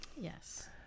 Yes